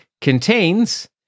contains